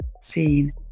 seen